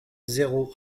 zéro